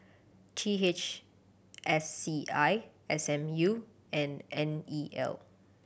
T H S C I S M U and N E L